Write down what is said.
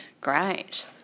Great